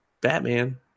Batman